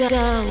go